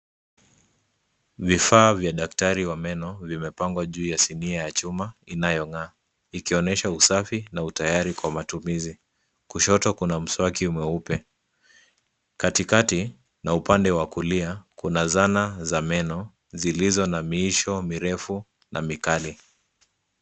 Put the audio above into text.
Vifaa vya daktari wa meno, vimepangwa juu ya sinia ya chuma inayong'aa. Ikionyesha usafi na utayari kwa matumizi. Kushoto Kuna mswaki mweupe. Katikati na upande wa kulia Kuna zana za meno zilizo na miiisho mirefu na mikali.